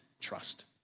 trust